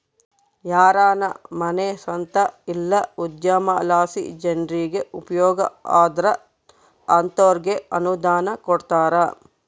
ಯಾರಾನ ಮನ್ಸೇತ ಇಲ್ಲ ಉದ್ಯಮಲಾಸಿ ಜನ್ರಿಗೆ ಉಪಯೋಗ ಆದ್ರ ಅಂತೋರ್ಗೆ ಅನುದಾನ ಕೊಡ್ತಾರ